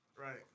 Right